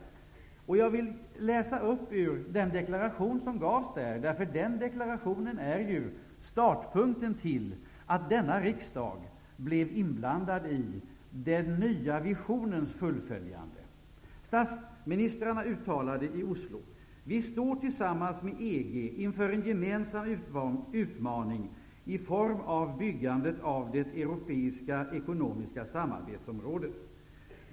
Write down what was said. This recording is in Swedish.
Nu vill jag läsa upp några meningar i den deklaration som avgavs där, för den deklarationen är ju startpunkten till att denna riksdag blev inblandad i den nya visionens fullföljande. Statsministrarna uttalade i Oslo: ''Vi står tillsammans med EG inför en gemensam utmaning i form av byggandet av det europeiska ekonomiska samarbetsområdet.